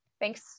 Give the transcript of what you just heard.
Thanks